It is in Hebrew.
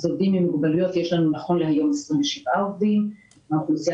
יש לנו 32 עובדים מן האוכלוסייה